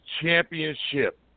Championship